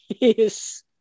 yes